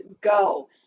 go